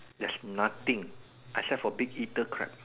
there's nothing except for big eater crab